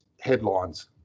headlines